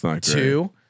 two